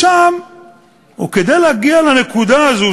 וכדי להגיע לנקודה הזאת,